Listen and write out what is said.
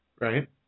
Right